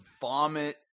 vomit